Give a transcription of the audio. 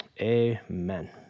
amen